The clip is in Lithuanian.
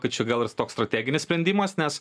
kad čia gal toks strateginis sprendimas nes